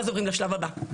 ואז עוברים לשלב הבא,